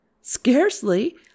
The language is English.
Scarcely